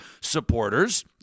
supporters